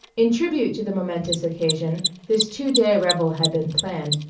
in tribute to the momentous occasion this two-day revel had been planned,